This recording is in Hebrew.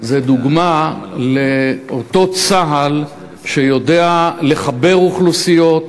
היא דוגמה לאותו צה"ל שיודע לחבר אוכלוסיות,